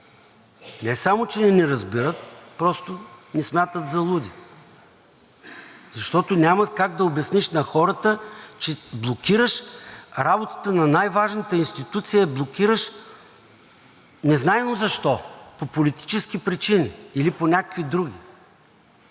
Не само че не ни разбират, а просто ни смятат за луди, защото няма как да обясниш на хората, че блокираш работата на най-важната институция, блокираш я незнайно защо – по политически или по някакви други